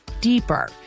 deeper